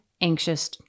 anxious